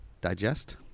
digest